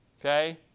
okay